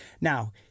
Now